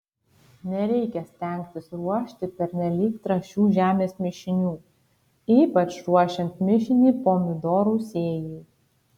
nereikia stengtis ruošti pernelyg trąšių žemės mišinių ypač ruošiant mišinį pomidorų sėjai